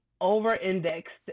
over-indexed